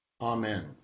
Amen